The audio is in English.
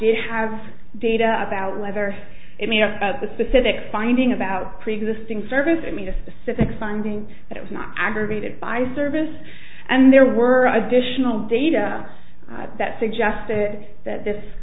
did have data about whether it may have the specific finding about preexisting service it made a specific finding that it was not aggravated by service and there were additional data that suggested that this